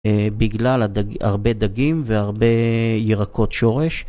אהה... בגלל הדג.. הרבה דגים והרבה ירקות שורש.